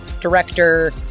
director